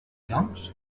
doncs